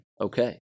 Okay